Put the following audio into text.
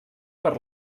per